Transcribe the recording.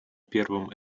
первом